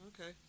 Okay